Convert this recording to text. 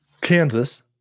Kansas